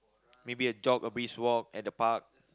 maybe a jog a breeze at the park